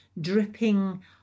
dripping